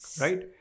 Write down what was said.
Right